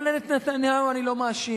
אבל את נתניהו אני לא מאשים,